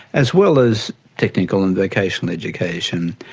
as well as technical and vocational education.